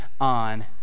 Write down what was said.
on